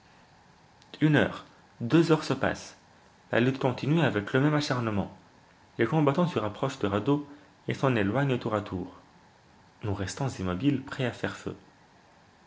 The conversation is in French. une heure deux heures se passent la lutte continue avec le même acharnement les combattants se rapprochent du radeau et s'en éloignent tour à tour nous restons immobiles prêts à faire feu